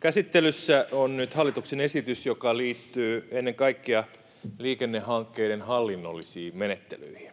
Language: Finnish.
Käsittelyssä on nyt hallituksen esitys, joka liittyy ennen kaikkea liikennehankkeiden hallinnollisiin menettelyihin.